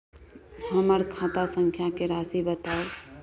हमर खाता संख्या के राशि बताउ